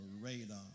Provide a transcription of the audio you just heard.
radar